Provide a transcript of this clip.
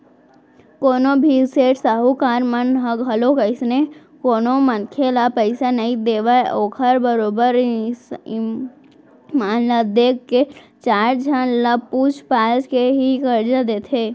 कोनो भी सेठ साहूकार मन ह घलोक अइसने कोनो मनखे ल पइसा नइ देवय ओखर बरोबर ईमान ल देख के चार झन ल पूछ पाछ के ही करजा देथे